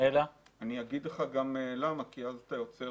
כי אז אתה יוצר